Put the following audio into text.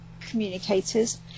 communicators